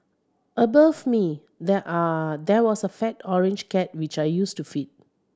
above me there are there was a fat orange cat which I used to feed